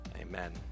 Amen